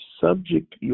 subject